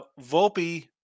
Volpe